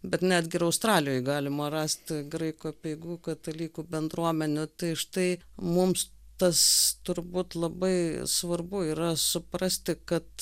bet netgi ir australijoj galima rasti graikų apeigų katalikų bendruomenę tai štai mums tas turbūt labai svarbu yra suprasti kad